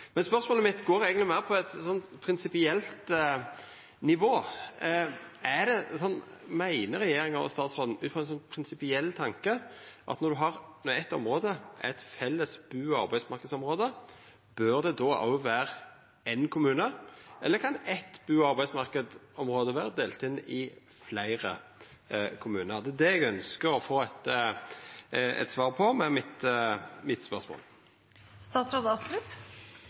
Men spørsmålet mitt går eigentleg meir på eit prinsipielt nivå: Er det sånn at regjeringa og statsråden meiner, ut frå ein prinsipiell tanke, at når det er eit felles bu- og arbeidsmarknadsområde, bør det òg vera éin kommune, eller kan eit bu- og arbeidsmarknadsområde vera delt inn i fleire kommunar? Det er det eg ønskjer å få eit svar på med mitt